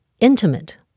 intimate